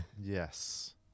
Yes